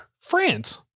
France